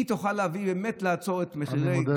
היא תוכל באמת לעצור את מחירי, אני מודה לך מאוד.